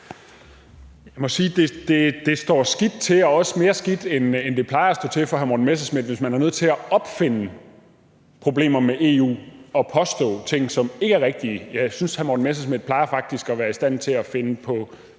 Jeg må sige, at det står skidt til for hr. Morten Messerschmidt – og også mere skidt, end det plejer – hvis man er nødt til at opfinde problemer med EU og påstå ting, som ikke er rigtige. Jeg synes, at hr. Morten Messerschmidt faktisk plejer at være i stand til at finde på